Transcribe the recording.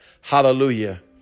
hallelujah